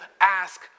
ask